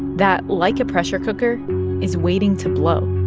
that like a pressure cooker is waiting to blow.